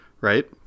right